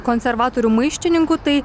konservatorių maištininkų tai